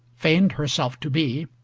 feigned herself to be